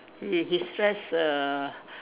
you his stress err